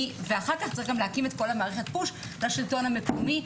ואחר כך צריך להקים את מערכת פוש לשלטון המקומי.